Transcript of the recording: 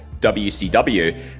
WCW